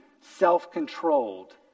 self-controlled